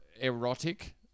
erotic